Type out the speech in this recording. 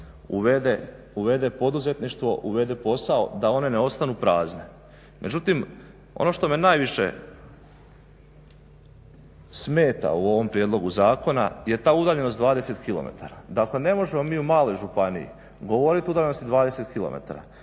uvede poduzetništvo, uvede posao, da one ne ostanu prazne. Međutim, ono što me najviše smeta u ovom prijedlogu zakona je ta udaljenost 20 km. Dakle ne možemo mi u maloj županiji govoriti o udaljenosti 20 km.